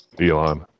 Elon